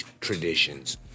traditions